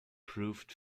proved